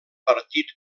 partit